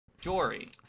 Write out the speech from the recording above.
Jory